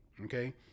Okay